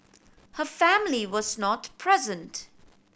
her family was not present